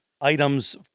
items